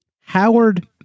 Howard